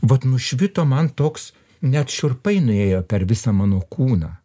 vat nušvito man toks net šiurpai nuėjo per visą mano kūną